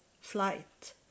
flight